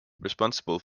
responsible